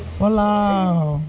!walao!